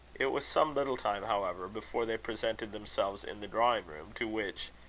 it was some little time, however, before they presented themselves in the drawing-room, to which,